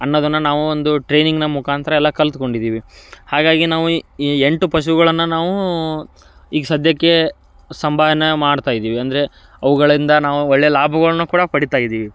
ಅನ್ನೋದನ್ನು ನಾವು ಒಂದು ಟ್ರೈನಿಂಗಿನ ಮುಖಾಂತರ ಎಲ್ಲ ಕಲ್ತ್ಕೊಂಡಿದ್ದೀವಿ ಹಾಗಾಗಿ ನಾವು ಇ ಈ ಎಂಟು ಪಶುಗಳನ್ನು ನಾವು ಈಗ ಸದ್ಯಕ್ಕೆ ಮಾಡ್ತಾಯಿದ್ದೀವಿ ಅಂದರೆ ಅವುಗಳಿಂದ ನಾವು ಒಳ್ಳೆಯ ಲಾಭಗಳ್ನ ಕೂಡ ಪಡಿತಾ ಇದ್ದೀವಿ